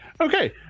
okay